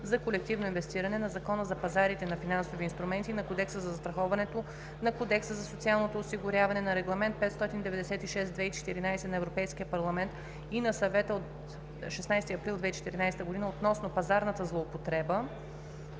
за колективно инвестиране, на Закона за пазарите на финансови инструменти, на Кодекса за застраховането, на Кодекса за социалното осигуряване, на Регламент (ЕС) № 596/2014 на Европейския парламент и на Съвета от 16 април 2014 г. относно пазарната злоупотреба